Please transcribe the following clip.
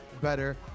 better